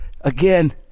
again